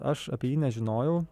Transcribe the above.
aš apie jį nežinojau